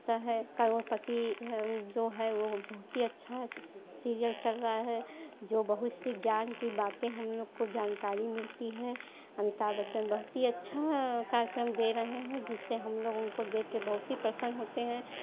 करोड़पति जो है वह बहुत ही अच्छा सीरीअल चल रहा है जो बहुत सी ज्ञान की बातें हम लोग को जानकारी मिलती है अमिताभ बच्चन बहुत ही अच्छा कार्यक्रम दे रहे हैं जिससे हम लोगों को देख कर बहुत ही प्रसन्न होते हैं